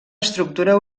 estructura